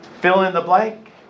fill-in-the-blank